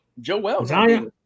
Joel